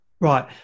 Right